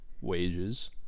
wages